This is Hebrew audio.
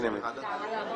מי בעד הסעיף?